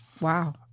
Wow